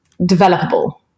developable